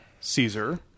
Caesar